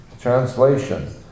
Translation